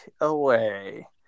away